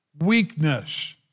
weakness